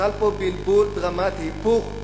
חל פה בלבול דרמטי, היפוך.